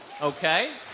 Okay